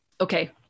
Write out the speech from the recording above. okay